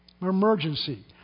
Emergency